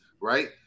right